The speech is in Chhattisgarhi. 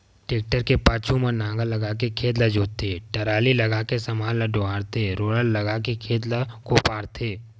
टेक्टर के पाछू म नांगर लगाके खेत ल जोतथे, टराली लगाके समान ल डोहारथे रोलर लगाके खेत ल कोपराथे